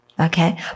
Okay